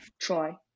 try